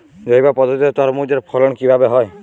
জৈব পদ্ধতিতে তরমুজের ফলন কিভাবে হয়?